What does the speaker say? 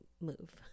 move